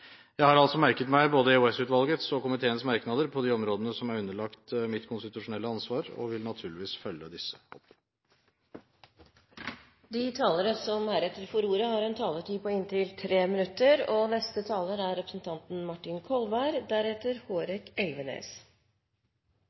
Jeg har altså merket meg både EOS-utvalgets og komiteens merknader på de områdene som er underlagt mitt konstitusjonelle ansvar, og vil naturligvis følge opp disse. De talere som heretter får ordet, har en taletid på inntil 3 minutter.